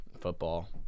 Football